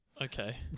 Okay